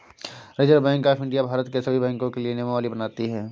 reserve bank of India Bharat के सभी बैंकों के लिए नियमावली बनाती है